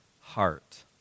heart